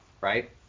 right